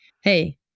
hey